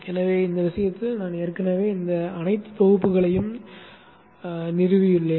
எனவே என் விஷயத்தில் நான் ஏற்கனவே இந்த அனைத்து தொகுப்புகளையும் நிறுவியுள்ளேன்